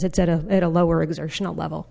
it's at a at a lower exertional level